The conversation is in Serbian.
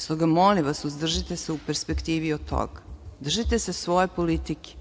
Stoga, molim vas, suzdržite se u perspektivi od toga. Držite se svoje politike.